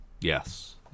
Yes